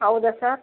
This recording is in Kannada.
ಹೌದಾ ಸರ್